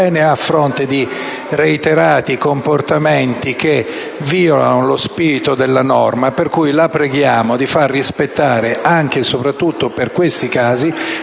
a fronte di reiterati comportamenti che violano lo spirito della norma. La preghiamo pertanto di far rispettare, anche e soprattutto per questi casi,